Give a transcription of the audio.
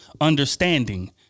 understanding